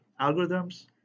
algorithms